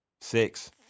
six